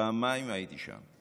פעמיים הייתי שם.